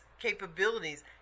capabilities